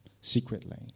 secretly